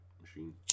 machine